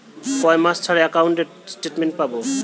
কয় মাস ছাড়া একাউন্টে স্টেটমেন্ট পাব?